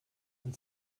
ein